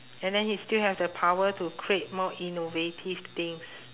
and then he still have the power to create more innovative things